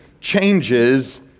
Changes